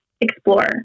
explore